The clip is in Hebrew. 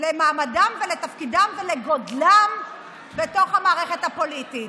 למעמדם ולתפקידם ולגודלם בתוך המערכת הפוליטית.